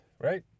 right